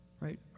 Right